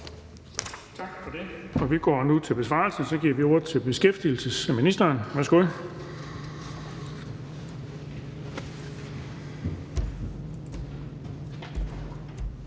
Tak for det. Vi går nu til besvarelsen og giver ordet til beskæftigelsesministeren. Værsgo.